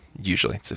Usually